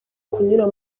kunyura